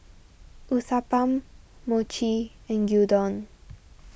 Uthapam Mochi and Gyudon